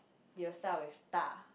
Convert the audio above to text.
they will start with Da